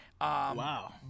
Wow